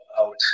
out